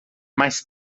mais